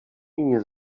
nie